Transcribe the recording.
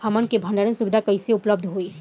हमन के भंडारण सुविधा कइसे उपलब्ध होई?